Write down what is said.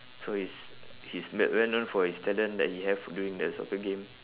so he's he's we~ well known for his talent that he have during the soccer game